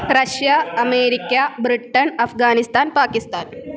Russia America Britain Afghanistan Pakistan